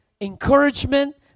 encouragement